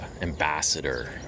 ambassador